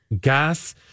gas